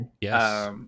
Yes